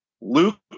Luke